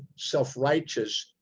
self-righteous,